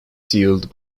sealed